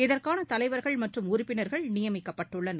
இதற்கான தலைவர்கள் மற்றும் உறுப்பினர்கள் நியமிக்கப்பட்டுள்ளனர்